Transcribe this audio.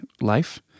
life